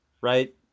right